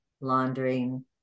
laundering